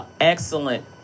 excellent